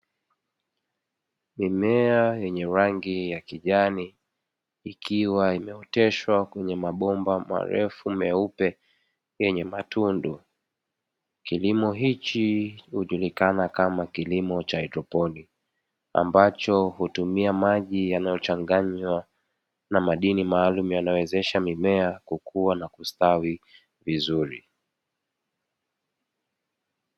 Mimea yenye rangi ya kijani, ikiwa imeoteshwa kwenye mabomba marefu meupe yenye matundu. Kilimo hichi hujulikana kama kilimo cha haidroponi, ambacho hutumia maji yanayochanganywa na madini maalumu yanayowezesha mimea kukua na kustawi vizuri.